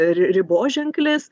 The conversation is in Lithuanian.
ri riboženklis